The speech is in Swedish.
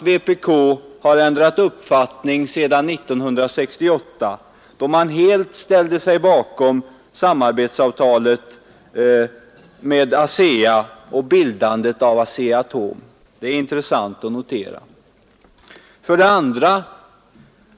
Vpk har ändrat uppfattning sedan 1968 då man helt ställde sig bakom samarbetsavtalet med ASEA och bildandet av ASEA-Atom. Det är intressant att notera. 2.